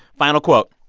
final quote.